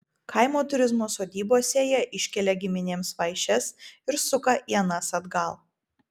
kaimo turizmo sodybose jie iškelia giminėms vaišes ir suka ienas atgal